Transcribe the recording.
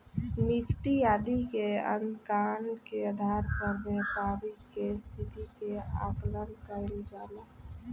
Nifty आदि के आंकड़न के आधार पर व्यापारि के स्थिति के आकलन कईल जाला